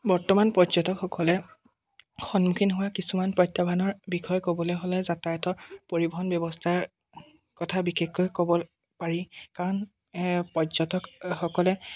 বৰ্তমান পৰ্যটকসকলে সন্মুখীন হোৱা কিছুমান প্ৰত্যাহ্বানৰ বিষয়ে ক'বলৈ হ'লে যাতায়াতৰ পৰিৱহন ব্যৱস্থাৰ কথা বিশেষকৈ ক'ব পাৰি কাৰণ পৰ্যটকসকলে